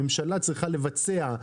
הממשלה צריכה לבצע,